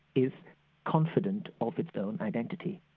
is confident of its own identity.